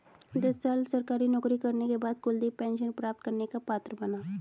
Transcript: दस साल सरकारी नौकरी करने के बाद कुलदीप पेंशन प्राप्त करने का पात्र बना